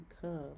come